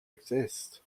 exist